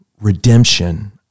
redemption